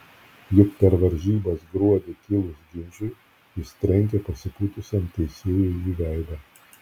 juk per varžybas gruodį kilus ginčui jis trenkė pasipūtusiam teisėjui į veidą